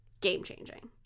Game-changing